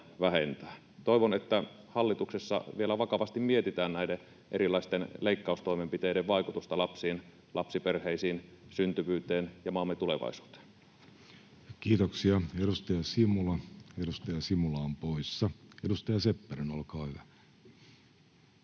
Toivon, että hallituksessa vielä vakavasti mietitään näiden erilaisten leikkaustoimenpiteiden vaikutusta lapsiin, lapsiperheisiin, syntyvyyteen ja maamme tulevaisuuteen. Kiitoksia. — Edustaja Simula on poissa. — Edustaja Seppänen, olkaa hyvä.